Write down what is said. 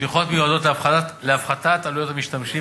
התמיכות מיועדות להפחתת עלויות המשתמשים